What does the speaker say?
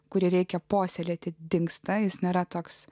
kurį reikia puoselėti dingsta jis nėra toks